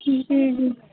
جی جی